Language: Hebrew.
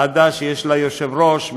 ועדה שיש לה יושב-ראש,